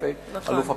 ת"פ אלוף הפיקוד,